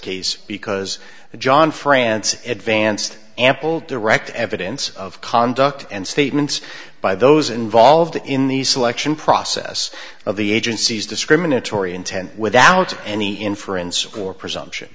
case because john francis ed vanstone ample direct evidence of conduct and statements by those involved in the selection process of the agency's discriminatory intent without any inference or presumption